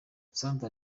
sandra